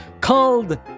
called